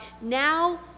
now